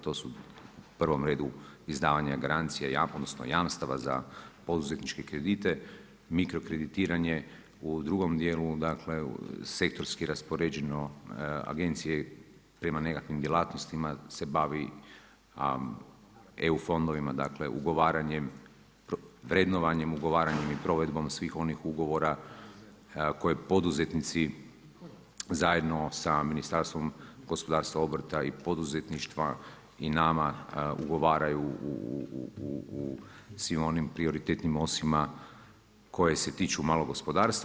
To su u prvom redu izdavanje garancije, odnosno jamstava za poduzetničke kredite mikrokreditiranje u drugom dijelu, dakle sektorski raspoređeno agenciji prema nekakvim djelatnostima se bavi EU fondovima, dakle, ugovaranjem, vrednovanjem, ugovaranjem i provedbom svih onih ugovora koje poduzetnici zajedno sa Ministarstvom gospodarstva, obrta i poduzetništva i nama ugovaraju u svim onim prioritetnim osima koje se tiču malog gospodarstva.